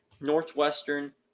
Northwestern